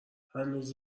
هنوز